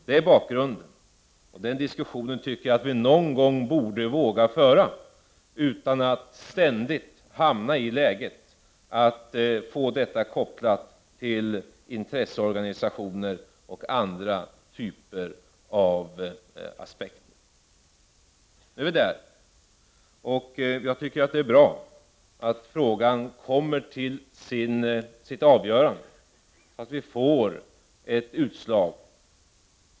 Det är bakgrunden, och den diskussionen tycker jag att vi någon gång borde våga föra utan att ständigt hamna i ett läge där detta kopplas till intresseorganistioner och andra aspekter. Men nu är vi alltså där. Jag tycker att det är bra att frågan kommer till ett avgörande, så att vi får ett utslag.